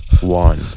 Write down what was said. one